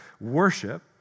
worship